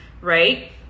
right